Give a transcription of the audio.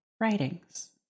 writings